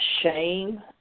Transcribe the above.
shame